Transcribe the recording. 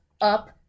up